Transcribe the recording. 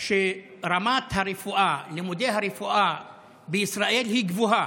שרמת לימודי הרפואה בישראל היא גבוהה,